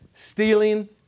stealing